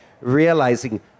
realizing